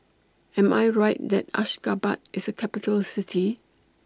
Am I Right that Ashgabat IS A Capital City